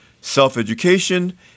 self-education